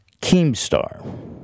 Keemstar